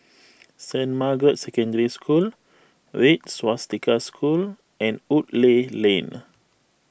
Saint Margaret's Secondary School Red Swastika School and Woodleigh Lane